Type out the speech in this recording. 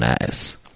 nice